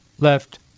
left